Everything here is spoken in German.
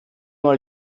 mal